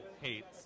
hates